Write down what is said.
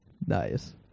Nice